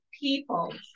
people